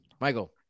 Michael